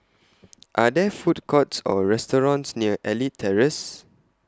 Are There Food Courts Or restaurants near Elite Terrace